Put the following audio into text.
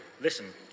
Listen